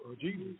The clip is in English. Jesus